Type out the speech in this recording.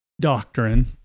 doctrine